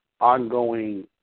ongoing